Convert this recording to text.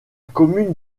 commune